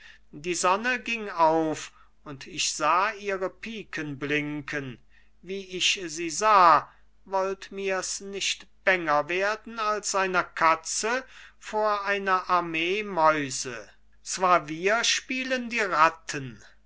die sonne ging auf und ich sah ihre piken blinken wie ich sie sah wollt mir's nicht bänger werden als einer katze vor einer armee mäuse zwar wir spielen die ratten